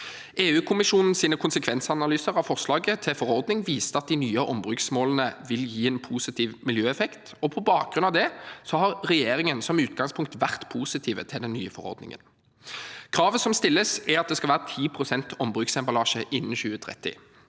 EU-kommisjonens konsekvensanalyser av forslaget til forordning viste at de nye ombruksmålene vil gi en positiv miljøeffekt. På bakgrunn av det har regjeringen som utgangspunkt vært positiv til den nye forordningen. Kravet som stilles, er at det skal være 10 pst. ombruksemballasje innen 2030.